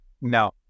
No